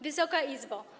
Wysoka Izbo!